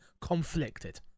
conflicted